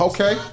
Okay